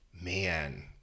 man